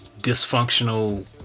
dysfunctional